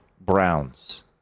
Browns